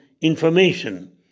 information